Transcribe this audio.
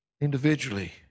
individually